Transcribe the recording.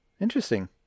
Interesting